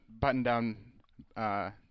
button-down